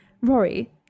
Rory